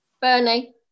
Bernie